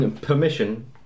Permission